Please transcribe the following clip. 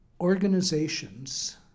organizations